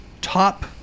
top